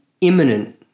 imminent